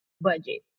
budget